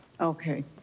Okay